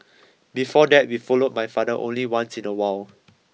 before that we followed my father only once in a while